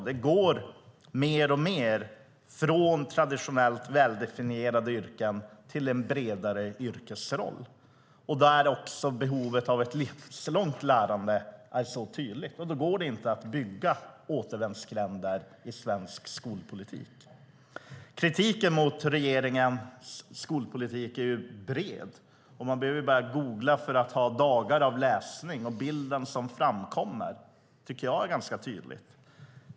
Det går mer och mer från traditionellt väldefinierade yrken till en bredare yrkesroll där också behovet av ett livslångt lärande är tydligt. Då går det inte att bygga återvändsgränder i svensk skolpolitik. Kritiken mot regeringens skolpolitik är bred. Man behöver bara googla för att ha dagar av läsning, och bilden som framkommer är tydlig.